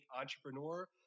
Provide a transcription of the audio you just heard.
entrepreneur